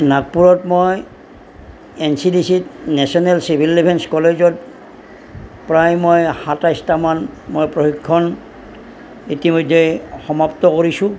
নাগপুৰত মই N C D C ত national civil defence কলেজত প্ৰায় মই সাতাইছটা মান মই প্ৰশিক্ষণ ইতিমধ্যে সমাপ্ত কৰিছোঁ